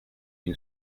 une